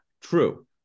true